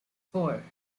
four